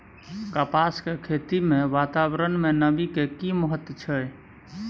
कपास के खेती मे वातावरण में नमी के की महत्व छै?